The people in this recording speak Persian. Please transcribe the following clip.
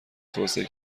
توسعه